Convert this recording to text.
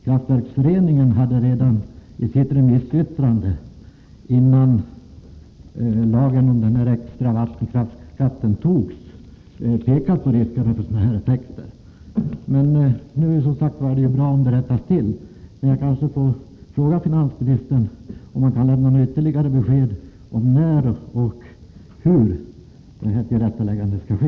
Kraftverksföreningen pekade nämligen i sitt remissyttrande innan lagen om denna extra vattenkraftsskatt antogs på risken för sådana här effekter. Det är som sagt bra om missödet nu skall rättas till. Jag kanske får fråga finansministern om han kan lämna ytterligare besked om när och hur detta tillrättaläggande skall ske.